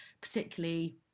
particularly